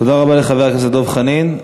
תודה רבה לחבר הכנסת דב חנין.